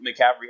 McCaffrey